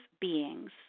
beings